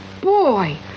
boy